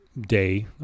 day